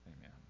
Amen